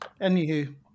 Anywho